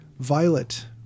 Violet